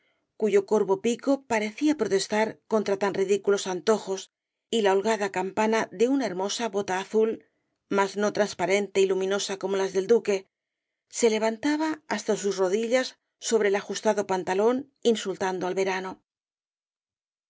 cuyo corvo pico parecía protestar contra tan ridículos antojos y la holgada campana de una hermosa bota azul mas no transparente y luminosa como las del duque se levantaba hasta sus rodillas sobre el ajustado pantalón insultando al verano